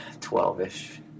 twelve-ish